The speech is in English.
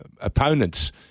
opponents